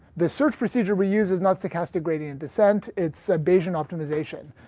the search procedure we use is not stochastic gradient descent, it's bayesian optimization.